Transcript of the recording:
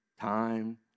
Time